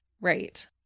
Right